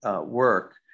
work